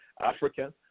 African